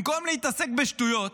במקום להתעסק בשטויות,